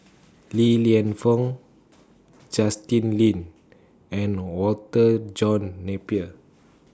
Li Lienfung Justin Lean and Walter John Napier